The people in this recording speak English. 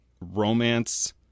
romance